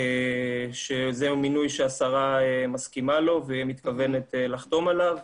שזה מינוי שהשרה מסכימה לו ומתכוונת לחתום עליו,